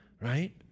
Right